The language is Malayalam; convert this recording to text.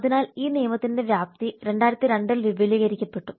അതിനാൽ ഈ നിയമത്തിന്റെ വ്യാപ്തി 2002 ൽ വിപുലീകരിക്കപ്പെട്ടു